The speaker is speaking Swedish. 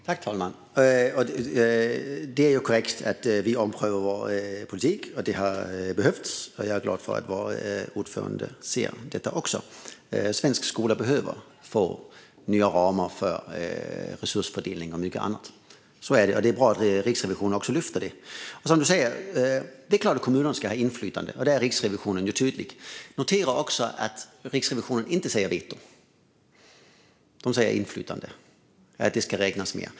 Herr talman! Det är korrekt att vi omprövar vår politik. Det har behövts, och jag är glad för att också vår ordförande ser detta. Svensk skola behöver få nya ramar för resursfördelning och mycket annat. Så är det, och det är bra att Riksrevisionen lyfter det. Det är klart att kommunerna ska ha inflytande, som Aylin Fazelian säger, och där är Riksrevisionen tydlig. Notera också att Riksrevisionen inte talar om veto. De säger inflytande, och att det ska räknas med.